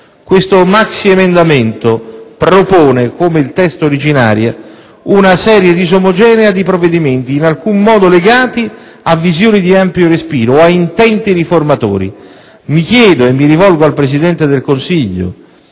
Questo maxiemendamento propone, come il testo originario, una serie disomogenea di provvedimenti in alcun modo legati a visioni di ampio respiro o a intenti riformatori. Mi chiedo, e mi rivolgo al Presidente del Consiglio: